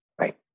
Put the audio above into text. right